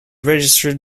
registered